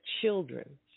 children